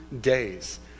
days